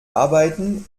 arbeiten